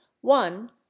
one